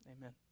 Amen